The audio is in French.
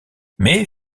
mais